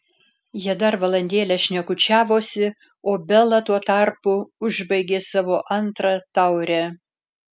jie dar valandėlę šnekučiavosi o bela tuo tarpu užbaigė savo antrą taurę